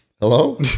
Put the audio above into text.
Hello